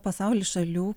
pasauly šalių